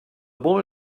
boy